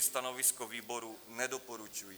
Stanovisko výboru nedoporučující.